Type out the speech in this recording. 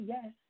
Yes